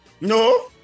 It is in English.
No